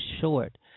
short